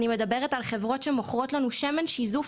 אני מדברת על חברות שמוכרות לנו שמן שיזוף